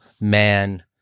man